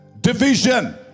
division